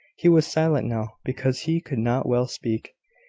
he was silent now because he could not well speak.